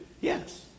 Yes